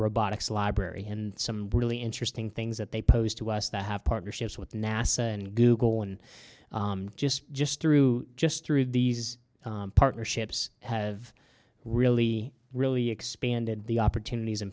robotics library and some really interesting things that they pose to us that have partnerships with nasa and google one just just through just through these partnerships have really really expanded the opportunities and